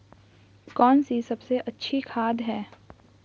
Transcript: कौन सी सबसे अच्छी खाद है?